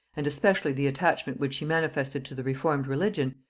and especially the attachment which she manifested to the reformed religion,